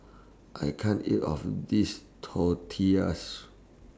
I can't eat All of This Tortillas